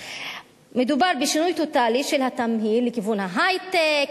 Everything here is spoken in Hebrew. מדובר בשינוי טוטלי של התמהיל לכיוון ההיי-טק,